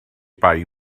bai